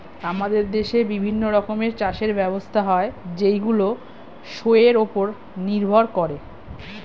আমাদের দেশে বিভিন্ন রকমের চাষের ব্যবস্থা হয় যেইগুলো শোয়ের উপর নির্ভর করে